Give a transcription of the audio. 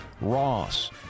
Ross